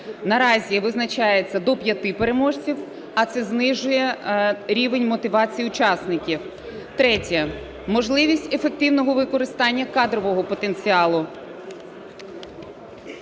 Наразі визначається до 5 переможців, а це знижує рівень мотивації учасників. Третє. Можливість ефективного використання кадрового потенціалу,